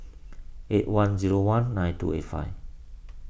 eight one zero one nine two eight five